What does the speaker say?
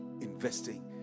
investing